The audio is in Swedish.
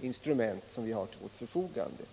instrument som vi har till vårt förfogande.